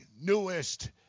newest